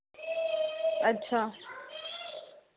अच्छा